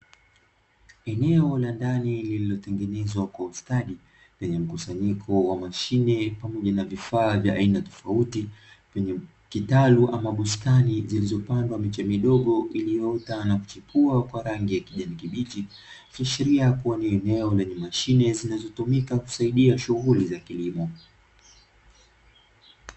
Eneo la ndani lililotengenezwa kwa ustadi lenye mkusanyiko wa mashine pamoja na vifaa vya aina tofauti, vyenye kitalu ama bustani zilizopandwa miche midogo iliyoota na kuchipua kwa rangi ya kijani kibichi ikiashiria kuwa ni eneo lenye mashine zinazotumika kusaidia shughuli za kilimo.